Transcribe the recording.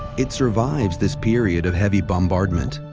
it survives this period of heavy bombardment.